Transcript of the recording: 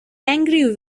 angry